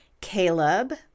Caleb